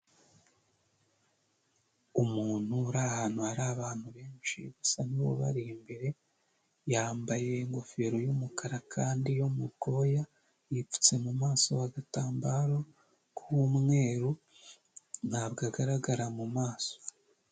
Umuntu uri ahantu hari abantu benshi usa n'ubari imbere, yambaye ingofero yumukara kandi yo mu bwoya yipfutse mu maso agatambaro k'umweru ntabwo agaragara mu maso.